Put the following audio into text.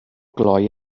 glou